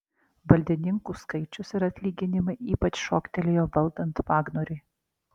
valdininkų skaičius ir atlyginimai ypač šoktelėjo valdant vagnoriui